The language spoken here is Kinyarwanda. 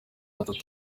gatatu